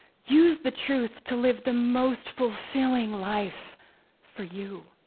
use the truth to live the most fulfilling life for you,